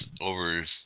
over